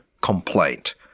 complaint